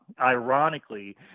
ironically